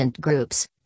groups